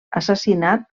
assassinat